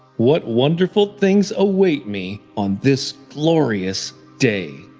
what wonderful things await me on this glorious day.